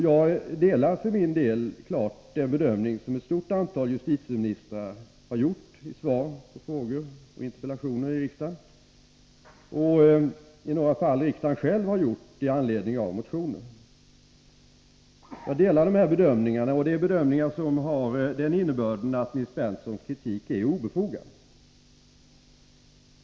Jag delar helt de bedömningar som ett stort antal justitieministrar har gjort i svar på frågor och interpellationer i riksdagen och som riksdagen i några fall själv har gjort i anledning av motioner. Jag delar alltså de här bedömningarna, och det är bedömningar som har den innebörden att Nils Berndtsons kritik är obefogad.